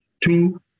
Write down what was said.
Two